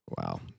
Wow